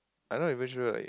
I not even sure like